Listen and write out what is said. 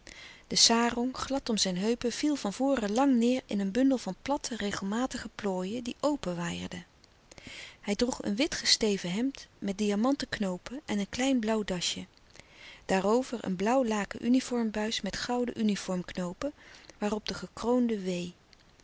de sarong glad om zijn heupen viel van voren lang neêr in een bundel van platte regelmatige plooien die openwaaierden hij droeg een wit gesteven hemd met diamanten knoopen en een klein blauw dasje daarover een blauw laken uniformbuis met gouden uniformknoopen waarop de gekroonde